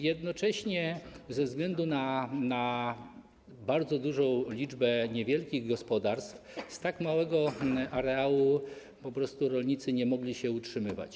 Jednocześnie ze względu na bardzo dużą liczbę niewielkich gospodarstw z tak małego areału po prostu rolnicy nie mogli się utrzymywać.